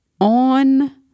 on